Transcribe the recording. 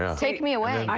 take me away.